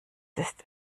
ist